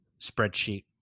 spreadsheet